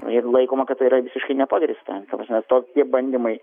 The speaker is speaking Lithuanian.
jeigu laikoma kad tai yra visiškai nepagrįsta ta prasme tokie bandymai